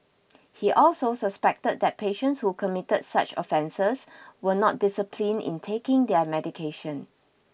he also suspected that patients who committed such offences were not disciplined in taking their medication